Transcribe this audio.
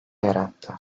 yarattı